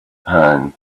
and